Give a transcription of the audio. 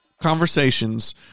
conversations